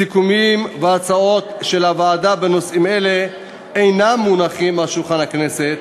סיכומים והצעות של הוועדה בנושאים אלה אינם מונחים על שולחן הכנסת,